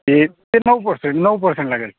ते ते नऊ पर्सेंट नऊ पर्सेंट लागेल